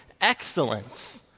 excellence